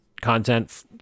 content